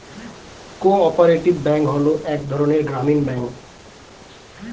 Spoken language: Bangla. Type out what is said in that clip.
কো অপারেটিভ ব্যাঙ্ক হলো এক ধরনের গ্রামীণ ব্যাঙ্ক